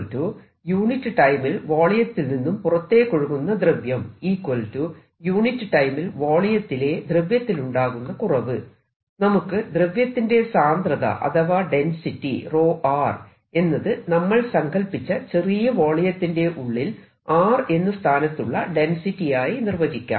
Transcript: ds unit ടൈമിൽ വോളിയത്തിൽ നിന്നും പുറത്തേക്കൊഴുകുന്ന ദ്രവ്യം യൂണിറ്റ് ടൈമിൽ വോളിയത്തിലെ ദ്രവ്യത്തിലുണ്ടാകുന്ന കുറവ് നമുക്ക് ദ്രവ്യത്തിന്റെ സാന്ദ്രത അഥവാ ഡെൻസിറ്റി ρ എന്നത് നമ്മൾ സങ്കൽപ്പിച്ച ചെറിയ വോളിയത്തിന്റെ ഉള്ളിൽ r എന്ന സ്ഥാനത്തുള്ള ഡെൻസിറ്റി ആയി നിർവചിക്കാം